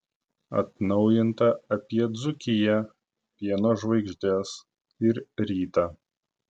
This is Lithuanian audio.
atnaujinta apie dzūkiją pieno žvaigždes ir rytą